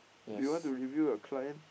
do you want to review a client